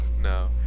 No